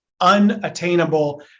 unattainable